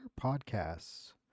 podcasts